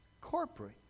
corporate